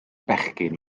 bechgyn